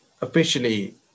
officially